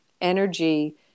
energy